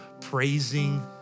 praising